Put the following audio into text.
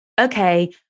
okay